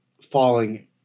falling